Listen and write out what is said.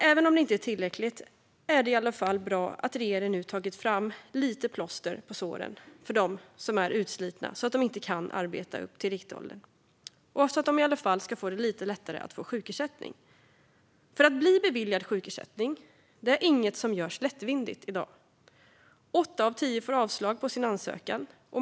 Även om det inte är tillräckligt är det bra att regeringen nu tagit fram lite plåster på såren till dem som är så utslitna att de inte kan arbeta upp till riktåldern. De ska i alla fall få det lite lättare att få sjukersättning. Sjukersättning beviljas inte lättvindigt i dag. Åtta av tio får avslag på sin ansökan.